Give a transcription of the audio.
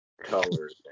colors